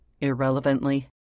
irrelevantly